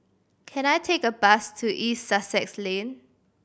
can I take a bus to East Sussex Lane